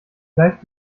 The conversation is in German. gleicht